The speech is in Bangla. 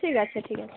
ঠিক আছে ঠিক আছে